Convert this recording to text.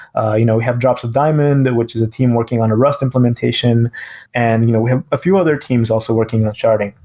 ah you know have drops of diamond, which is a team working on a rest implementation and you know a few other teams also working on sharding.